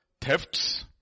thefts